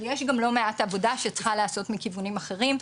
אבל יש גם לא מעט עבודה שצריכה להיעשות גם מכיוונים אחרים.